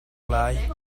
lai